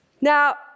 Now